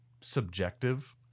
subjective